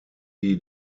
die